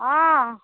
অ